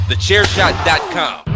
TheChairShot.com